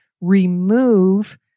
remove